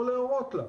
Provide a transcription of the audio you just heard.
או להורות לה,